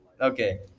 okay